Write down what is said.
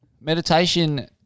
meditation